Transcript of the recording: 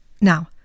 Now